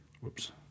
Whoops